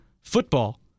Football